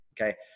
Okay